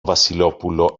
βασιλόπουλο